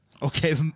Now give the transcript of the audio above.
Okay